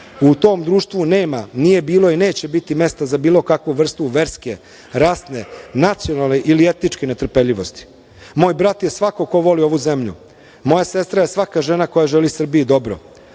U tom društvu nema, nije bilo i neće biti mesta za bilo kakvu vrstu verske, rasne, nacionalne ili etičke netrpeljivosti. Moj brat je svako ko voli ovu zemlju. Moja sestra je svaka žena koja želi Srbiji dobro.